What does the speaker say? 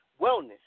wellness